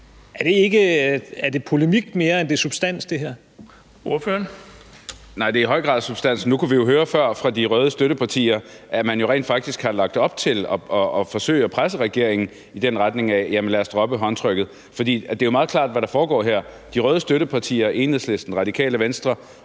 Bonnesen): Ordføreren. Kl. 14:22 Marcus Knuth (KF): Nej, det er i høj grad substans. Nu kunne vi jo høre før fra de røde støttepartier, at man rent faktisk har lagt op til at forsøge at presse regeringen i den retning og sige: Jamen lad os droppe håndtrykket. For det er meget klart, hvad der foregår her. De røde støttepartier – Enhedslisten og Radikale Venstre